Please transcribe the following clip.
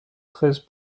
treize